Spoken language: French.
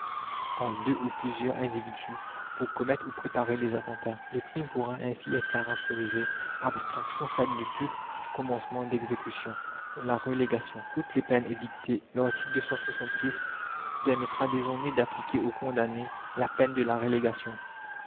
entre deux ou plusieurs individus pour commettre ou préparer les attentats le crime pourra ainsi être caractérisé abstraction faite de tout commencement d'exécution outre les peines édictées larticle permettra désormais d'appliquer aux condamnés la peine de la relégation